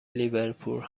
لیورپول